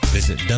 Visit